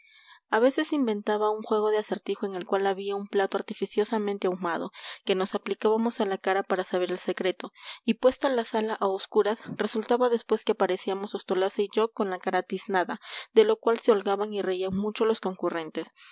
a veces inventaba un juego de acertijo en el cual había un plato artificiosamente ahumado que nos aplicábamos a la cara para saber el secreto y puesta la sala a oscuras resultaba después que aparecíamos ostolaza y yo con la cara tiznada de lo cual se holgaban y reían mucho los concurrentes